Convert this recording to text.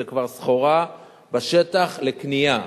זה כבר סחורה בשטח לקנייה.